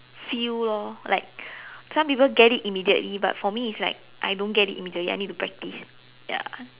feel lor like some people get it immediately but for me it's like I don't get it immediately I need to practice ya